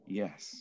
yes